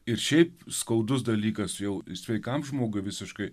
ir šiaip skaudus dalykas jau sveikam žmogui visiškai